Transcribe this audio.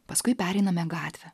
paskui pereiname gatvę